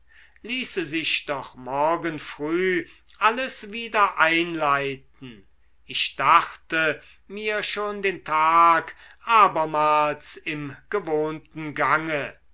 ließe sich doch morgen früh alles wieder einleiten ich dachte mir schon den tag abermals im gewohnten gange